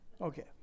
Okay